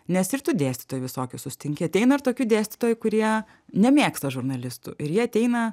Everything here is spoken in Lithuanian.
nes ir tų dėstytojų visokių susitinki ateina ir tokių dėstytojų kurie nemėgsta žurnalistų ir jie ateina